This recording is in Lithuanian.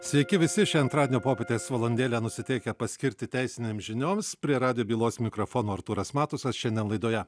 sveiki visi šią antradienio popietės valandėlę nusiteikę paskirti teisina amžinoms prie rado bylos mikrofono artūras matusas šiandien laidoje